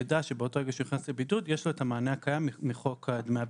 ידע שבאותו רגע שהוא נכנס לבידוד יש לו את המענה הקיים מחוק דמי הבידוד,